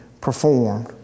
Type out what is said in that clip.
performed